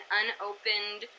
unopened